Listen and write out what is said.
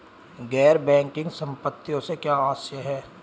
गैर बैंकिंग संपत्तियों से क्या आशय है?